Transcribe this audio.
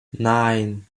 nine